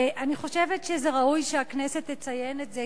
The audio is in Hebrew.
ואני חושבת שראוי שהכנסת תציין את זה,